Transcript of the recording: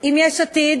עם יש עתיד